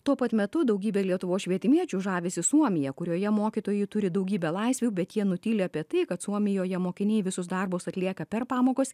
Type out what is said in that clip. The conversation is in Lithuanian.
tuo pat metu daugybė lietuvos švietimiečių žavisi suomija kurioje mokytojai turi daugybę laisvių bet jie nutyli apie tai kad suomijoje mokiniai visus darbus atlieka per pamokas